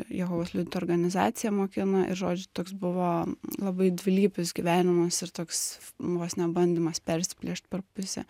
jehovos liudytojų organizacija mokina ir žodžiu toks buvo labai dvilypis gyvenimas ir toks vos ne bandymas persiplėšt per pusę